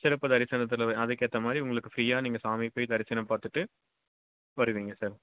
சிறப்பு தரிசனத்தில் வே அதுக்கேற்ற மாதிரி உங்களுக்கு ஃப்ரீயாக நீங்கள் சாமியை போய் தரிசனம் பார்த்துட்டு வருவீங்க சார்